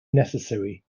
necessary